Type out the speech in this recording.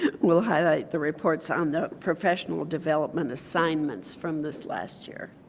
and will highlight the reports on the professional development assignments from this last year.